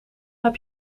heb